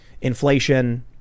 inflation